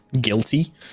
guilty